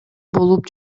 болуп